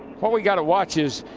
what we've got to watch is